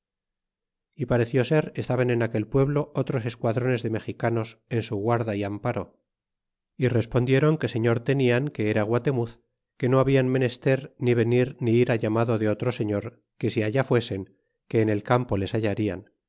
y pareció ser estaban en aquel pueblo otros esquadrones de mexicanos en su guarda y amparc y respondiéron que señor tenian que era guatemuz que no hablan menester ni venir ni ir á llamado de otro señor que si allá fuesen que en el campo les hallarian